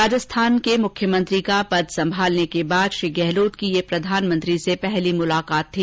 राजस्थान के मुख्यमंत्री का पद संभालने के बाद श्री गहलोत की यह प्रधानमंत्री से पहली मुलाकात थी